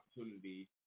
opportunity